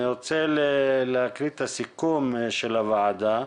אני רוצה להקריא את הסיכום של הוועדה.